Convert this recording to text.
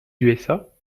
usa